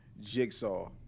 jigsaw